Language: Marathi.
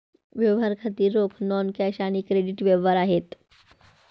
व्यवहार खाती रोख, नॉन कॅश आणि क्रेडिट व्यवहार आहेत